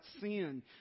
sin